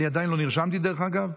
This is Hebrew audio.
אני עדיין לא נרשמתי, דרך אגב.